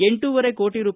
ಎಂಟೂವರೆ ಕೋಟಿ ರೂ